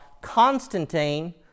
Constantine